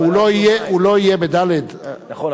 הוא לא יהיה בד' נכון,